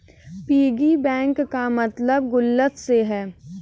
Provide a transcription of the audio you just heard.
piggy bank का मतलब गुल्लक से है